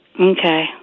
Okay